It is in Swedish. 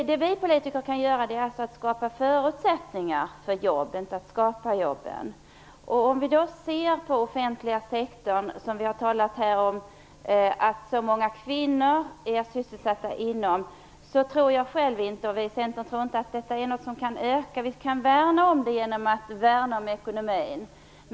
Vad vi politiker kan göra är alltså att skapa förutsättningar för jobb, inte att skapa jobben. Vi har ju talat om att många kvinnor är sysselsatta inom den offentliga sektorn. Men vi i Centern tror inte på en ökning där. Vi kan värna om ekonomin.